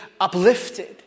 uplifted